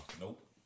Nope